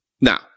Now